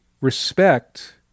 respect